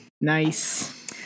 Nice